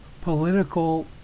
political